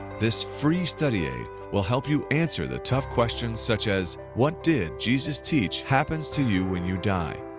this free study aid will help you answer the tough questions such as, what did jesus teach happens to you when you die?